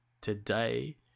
today